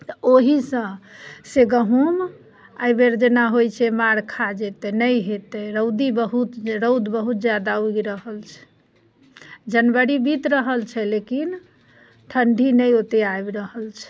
तऽ ओहिसँ से गहुँम एहिबेर जेना होइत छै बरखा जते नहि होयतै रौदी बहुत रौद बहुत जादा उगि रहल छै जनवरी बीत रहल छै लेकिन ठण्डी नहि ओतेक आबि रहल छै